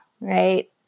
right